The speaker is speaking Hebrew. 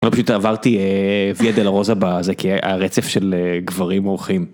פשוט עברתי ויה דה לה רוזה בזה, כי הרצף של גברים אורחים.